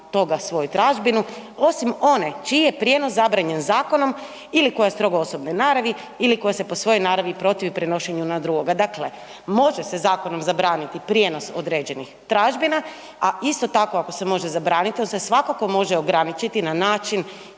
toga svoju tražbinu, osim one čiji je prijenos zabranjen zakonom ili koja je strogo osobne naravi ili koja se po svojoj naravi protivi prenošenju na drugoga. Dakle, može se zakonom zabraniti prijenos određenih tražbina, a isto tako, ako se može zabraniti, on se svakako može ograničiti na način